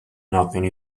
nothing